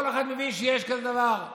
כל אחד מבין שיש כאן דבר.